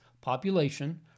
population